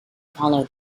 follow